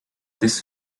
this